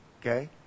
okay